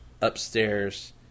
upstairs